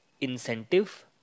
Incentive